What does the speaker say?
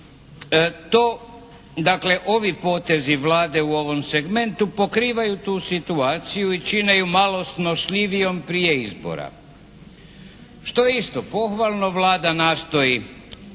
To, dakle potezi ove Vlade u ovom segmentu pokrivaju tu situaciju i čine ju malo snošljivijom prije izbora što je isto pohvalno, Vlada nastoji